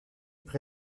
prit